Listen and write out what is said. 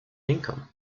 income